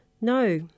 No